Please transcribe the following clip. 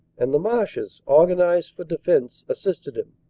and the marshes, organized for defense, assisted him.